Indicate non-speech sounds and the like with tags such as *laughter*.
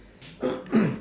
*coughs*